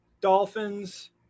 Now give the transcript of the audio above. Dolphins